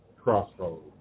crossroads